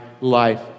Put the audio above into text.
life